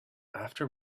after